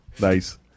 Nice